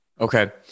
Okay